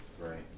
Right